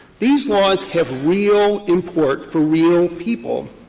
these laws have real import for real people.